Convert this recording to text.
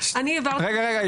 לא, סליחה רגע.